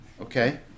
okay